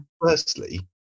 firstly